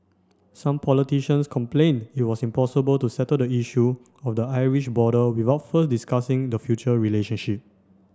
some politicians complained it was impossible to settle the issue of the Irish border without first discussing the future relationship